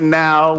now